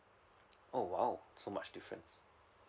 oh !wow! so much difference